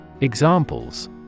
Examples